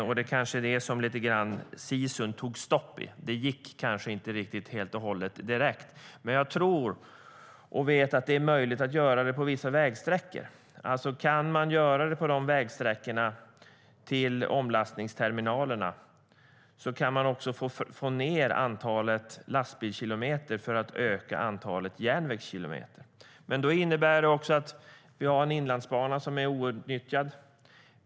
Och det var kanske där som sisun tog slut. Men jag vet att det är möjligt att trafikera vissa vägsträckor. Kan man använda dessa vägsträckor till omlastningsterminaler, kan man också få ned antalet lastbilskilometer samtidigt som man ökar antalet järnvägskilometer. Vi har en inlandsbana som är outnyttjad.